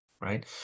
right